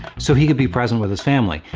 so he could be present with his family.